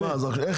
נו אז מה, אז איך